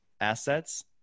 assets